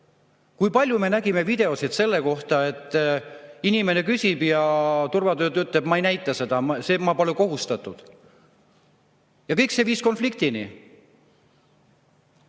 Kui palju me nägime videoid selle kohta, et inimene küsib, aga turvatöötaja ütleb, et ta ei näita seda, sest ta pole kohustatud. Ja kõik see viis konfliktini.